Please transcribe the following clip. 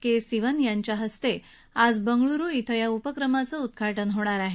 के सिवन यांच्या हस्ते आज बंगळूरु क्रीं या उपक्रमाचं उद्घाटन होणार आहे